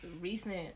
recent